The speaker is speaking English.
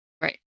Right